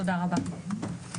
תודה רבה.